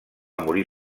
morir